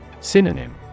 Synonym